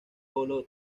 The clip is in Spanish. polo